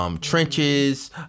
Trenches